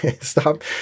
stop